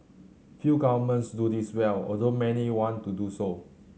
few governments do this well although many want to do so